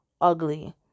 Ugly